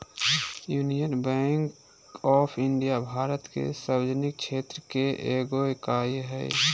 union Bank of India Bharat के सार्वजनिक क्षेत्र के एगो इकाई हइ